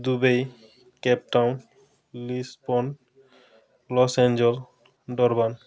Dubai Cape Town ଲିସ୍ପର୍ଣ୍ଣ Los Angeles Durban